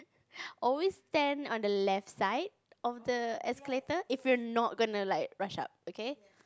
always stand on the left side of the escalator if you're not gona like rush up okay